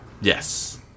Yes